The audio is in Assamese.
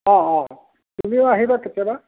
অ' অ' তুমিও আহিবা কেতিয়াবা